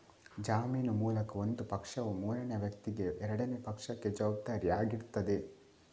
ಜಾಮೀನು ಮೂಲಕ ಒಂದು ಪಕ್ಷವು ಮೂರನೇ ವ್ಯಕ್ತಿಗೆ ಎರಡನೇ ಪಕ್ಷಕ್ಕೆ ಜವಾಬ್ದಾರಿ ಆಗಿರ್ತದೆ